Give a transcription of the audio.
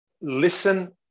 listen